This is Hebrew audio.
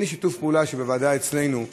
הינה שיתוף פעולה שבוועדה אצלנו,